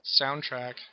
soundtrack